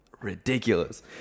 ridiculous